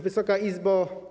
Wysoka Izbo!